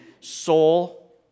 soul